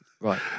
Right